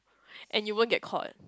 and you won't get caught